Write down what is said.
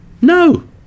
No